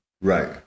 Right